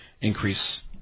increase